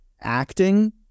acting